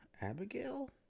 Abigail